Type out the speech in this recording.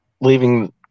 leaving